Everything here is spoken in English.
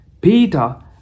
Peter